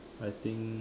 I think